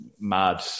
mad